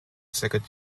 second